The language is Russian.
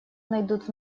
найдут